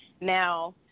Now